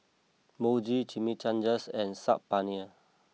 Mochi Chimichangas and Saag Paneer